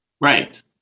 Right